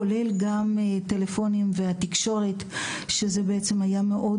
כולל גם טלפונים ותקשורת שזה בעצם היה מאוד